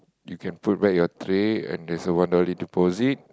you can put back your tray and there's one only deposit